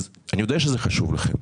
אני יודע שזה חשוב לכם,